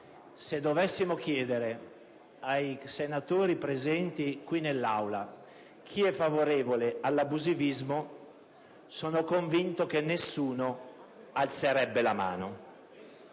Se dovessimo chiedere ai senatori presenti in Aula chi è favorevole all'abusivismo, sono convinto che nessuno alzerebbe la mano.